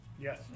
Yes